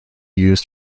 used